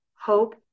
hope